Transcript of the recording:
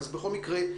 אז בכל מקרה,